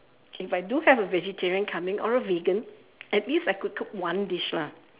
if I do have a vegetarian coming or a vegan at least I could cook one dish lah